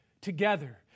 together